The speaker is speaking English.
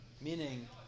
Meaning